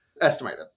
estimated